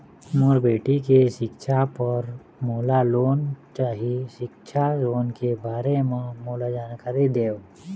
मोर बेटी के सिक्छा पर मोला लोन चाही सिक्छा लोन के बारे म मोला जानकारी देव?